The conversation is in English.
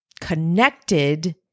connected